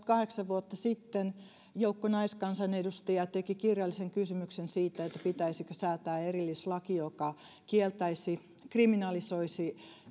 vuotta sitten joukko naiskansanedustajia teki kirjallisen kysymyksen siitä pitäisikö säätää erillislaki joka kriminalisoisi